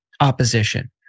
opposition